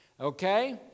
okay